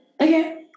okay